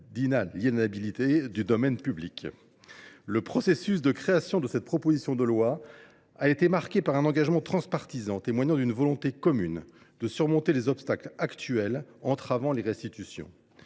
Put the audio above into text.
l’inaliénabilité du domaine public. Le processus de création de cette proposition de loi a été marqué par un engagement transpartisan, témoignant d’une volonté commune de surmonter les obstacles actuels entravant les restitutions.